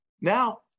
now –